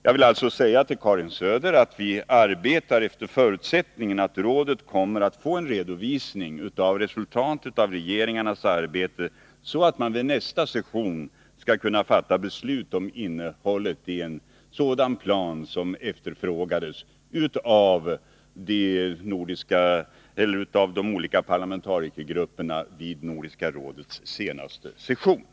Jag vill därför säga till Karin Söder att vi arbetar efter förutsättningen att rådet kommer att få en redovisning av resultatet av regeringarnas arbete, så att man vid nästa session kan fatta beslut om innehållet i en sådan plan, som efterfrågades av de olika parlamentarikergrupperna vid Nordiska rådets senaste session.